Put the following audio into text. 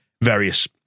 various